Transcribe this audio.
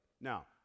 Now